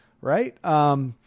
Right